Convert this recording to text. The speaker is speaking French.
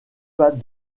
pas